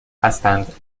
هستند